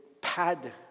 pad